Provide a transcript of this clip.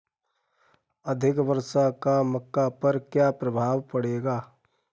अधिक वर्षा का मक्का पर क्या प्रभाव पड़ेगा?